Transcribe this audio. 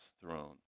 throne